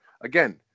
again